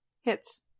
hits